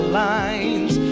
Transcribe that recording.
lines